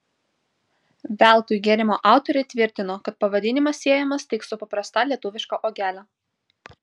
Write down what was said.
veltui gėrimo autoriai tvirtino kad pavadinimas siejamas tik su paprasta lietuviška uogele